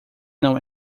não